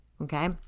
Okay